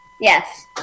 Yes